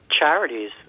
charities